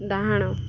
ଡ଼ାହାଣ